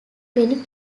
many